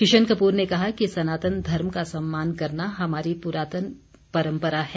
किशन कपूर ने कहा कि सनातन धर्म का सम्मान करना हमारी पुरानी परम्परा है